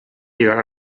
llegar